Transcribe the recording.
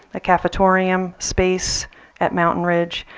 the cafetorium space at mountain ridge,